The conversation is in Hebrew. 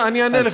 אני אענה לך.